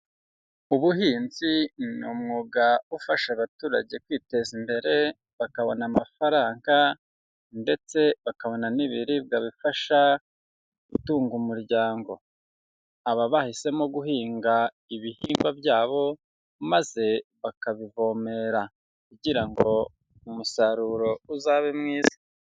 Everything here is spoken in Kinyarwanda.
Ubuhinzi ni umwuga ufasha abaturage kwiteza imbere bakabona amafaranga ndetse bakabona n'ibiribwa bifasha gutunga umuryango, aba bahisemo guhinga ibihingwa byabo maze bakabivomerera kugira ngo umusaruro uzabe mwiza.